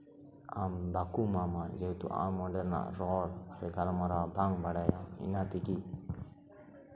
ᱟᱢ ᱵᱟᱠᱚ ᱮᱢᱟᱢᱟ ᱡᱮᱦᱮᱛᱩ ᱟᱢ ᱚᱸᱰᱮᱱᱟᱜ ᱨᱚᱲ ᱥᱮ ᱜᱟᱞᱢᱟᱨᱟᱣ ᱵᱟᱢ ᱵᱟᱲᱟᱭᱟᱢ ᱤᱱᱟᱹ ᱛᱮᱜᱮ